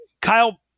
Kyle